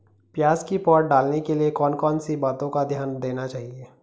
प्याज़ की पौध डालने के लिए कौन कौन सी बातों का ध्यान देना चाहिए?